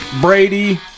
Brady